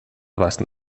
weisen